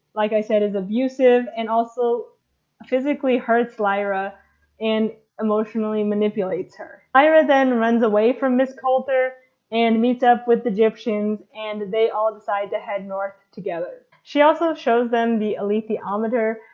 like i said, is abusive and also physically hurts lyra and emotionally manipulates her. lyra then runs away from miss coulter and meets up with gyptians and they all decide to head north together. she also shows them the alitheometer,